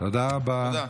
תודה רבה.